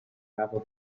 unravel